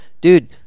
Dude